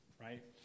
right